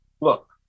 look